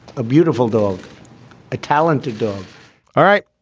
a beautiful dog a talented dog all right.